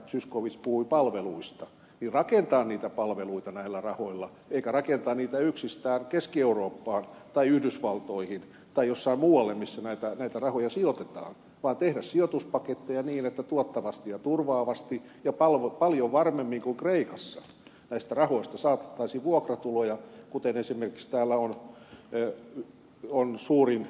zyskowicz puhui palveluista rakentaa niitä palveluita näillä rahoilla eikä rakentaa niitä yksistään keski eurooppaan tai yhdysvaltoihin tai jonnekin muualle missä näitä rahoja sijoitetaan vaan tehdä sijoituspaketteja niin että tuottavasti ja turvaavasti ja paljon varmemmin kuin kreikassa näistä rahoista saataisiin vuokratuloja kuten esimerkiksi täällä on suuri